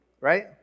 right